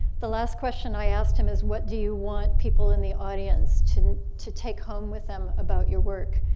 the last question i asked him is what do you want people in the audience to to take home with them about your work?